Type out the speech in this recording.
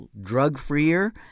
drug-freer